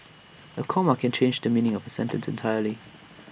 A comma can change the meaning of A sentence entirely